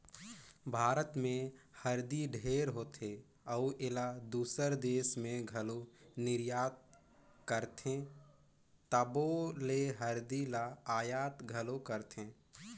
भारत में हरदी ढेरे होथे अउ एला दूसर देस में घलो निरयात करथे तबो ले हरदी ल अयात घलो करथें